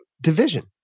division